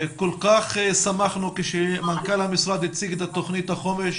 כל כך שמחנו כשמנכ"ל המשרד הציג את תוכנית החומש